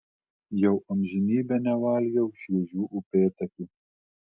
jau amžinybę nevalgiau šviežių upėtakių